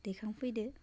दिखांफैदो